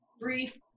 brief